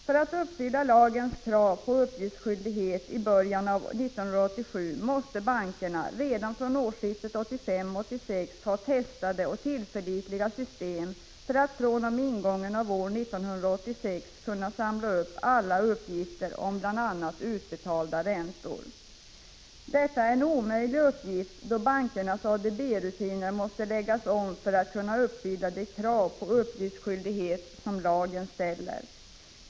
För att uppfylla lagens krav på uppgiftsskyldighet i början av 1987 måste bankerna redan från årsskiftet 1985-86 ha testade och tillförlitliga system för att fr.o.m. ingången av år 1986 kunna samla upp alla uppgifter om bl.a. utbetalda räntor. Detta är en omöjlig uppgift, då bankernas ADB-rutiner måste läggas om för att kunna uppfylla de krav på uppgiftsskyldighet som lagen ställer.